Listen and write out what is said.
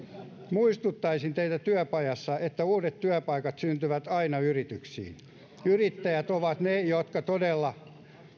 muistuttaisin teitä työpajassa että uudet työpaikat syntyvät aina yrityksiin yrittäjät ovat ne jotka todella